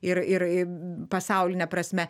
ir ir pasauline prasme